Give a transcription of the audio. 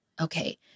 okay